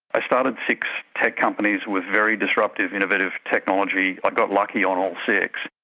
i started six tech companies with very disruptive innovative technology, i got lucky on all six.